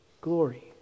glory